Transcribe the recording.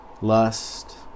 lust